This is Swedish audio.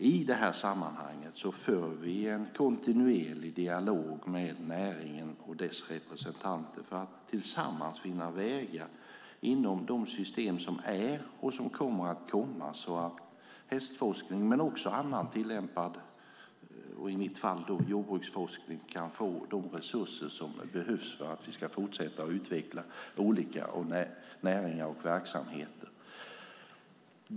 I detta sammanhang för vi en kontinuerlig dialog med näringen och dess representanter för att tillsammans finna vägar inom de system som finns och som kommer att komma så att hästforskningen men också annan tillämpad forskning, och i mitt fall jordbruksforskning, kan få de resurser som behövs för att vi ska fortsätta utveckla olika näringar och verksamheter.